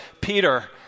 Peter